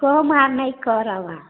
कम आब नहि करब